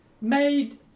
made